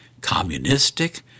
communistic